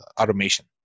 automation